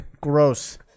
Gross